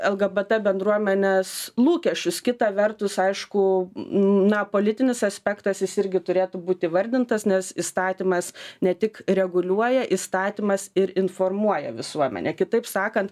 lgbt bendruomenės lūkesčius kita vertus aišku na politinis aspektas jis irgi turėtų būt įvardintas nes įstatymas ne tik reguliuoja įstatymas ir informuoja visuomenę kitaip sakant